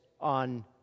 on